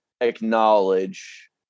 acknowledge